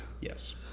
Yes